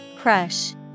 Crush